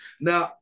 Now